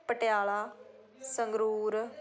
Patiala Sangrur